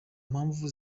mpamvu